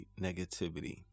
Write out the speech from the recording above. negativity